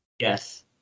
Yes